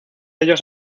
ellos